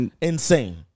insane